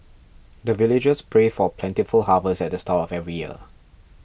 the villagers pray for plentiful harvest at the start of every year